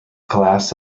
class